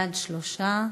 בעד, 3,